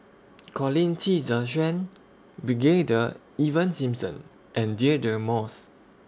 Colin Qi Zhe Quan Brigadier Ivan Simson and Deirdre Moss